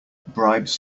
bribes